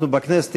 אנחנו בכנסת,